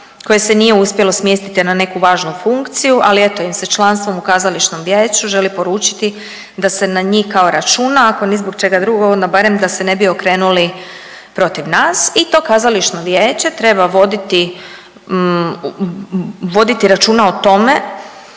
koje se nije uspjelo smjestiti na neku važnu funkciju, ali eto i sa članstvom u Kazališnom vijeću želi poručiti da se na njih kao računa ako ni zbog čega drugog onda barem da se ne bi okrenuli protiv nas. I to Kazališno vijeće treba voditi računa o tome